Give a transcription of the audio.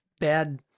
bad